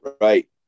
Right